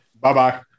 Bye-bye